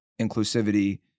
inclusivity